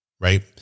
right